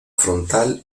frontal